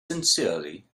sincerely